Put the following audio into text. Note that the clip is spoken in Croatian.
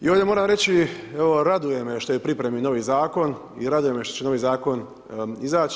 I ovdje moram reći evo raduje me što je u pripremi novi zakon i raduje me što će novi zakon izaći.